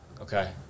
Okay